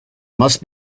must